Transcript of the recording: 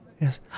Yes